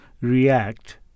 react